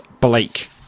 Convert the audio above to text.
Blake